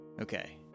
Okay